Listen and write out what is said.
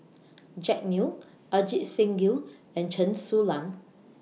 Jack Neo Ajit Singh Gill and Chen Su Lan